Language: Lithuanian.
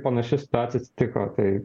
panaši situacija atsitiko tai